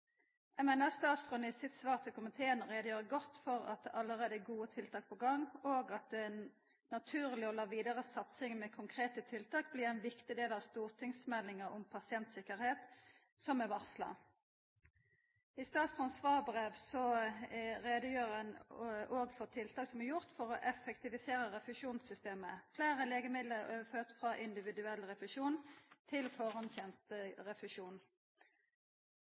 Eg meiner statsråden i svaret sitt til komiteen gjer god greie for at det allereie er gode tiltak på gang, og at det er naturleg å lata vidare satsing med konkrete tiltak bli ein viktig del av stortingsmeldinga om pasienttryggleik, som er varsla. I statsråden sitt svarbrev gjer ho òg greie for tiltak som er gjorde for å effektivisera refusjonssystemet. Fleire legemiddel er overførde frå individuell refusjon til førehandsgodkjend refusjon.